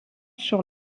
sur